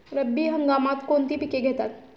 रब्बी हंगामात कोणती पिके घेतात?